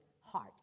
heart